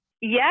Yes